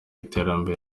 iterambere